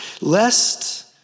lest